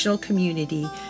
community